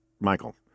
Michael